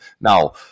Now